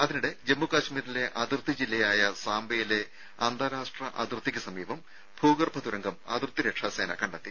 അതിനിടെ ജമ്മു കശ്മീരിലെ അതിർത്തി ജില്ലയായ സാംബയിലെ അന്താരാഷ്ട്ര അതിർത്തിക്ക് സമീപം ഭൂഗർഭ തുരങ്കം അതിർത്തി രക്ഷാ സേന കണ്ടെത്തി